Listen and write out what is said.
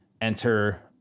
enter